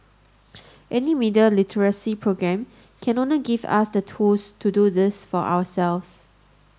any media literacy programme can only give us the tools to do this for ourselves